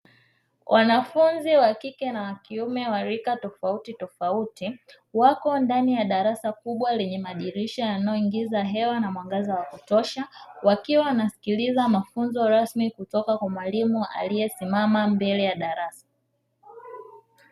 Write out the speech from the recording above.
Wanafunzi wa kike na kiume wa rika tofauti tofauti. Wapo kwenye darasa kubwa lenye madirisha yanayoingiza hewa na mwangaza wa kutosha wakiwa wanamsikiliza mafunzo rasmi kutoka kwa mwalimu aliyesimama mbele ya darasa.